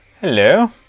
hello